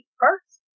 first